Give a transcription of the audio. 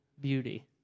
beauty